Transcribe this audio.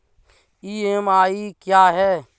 EMI क्या है?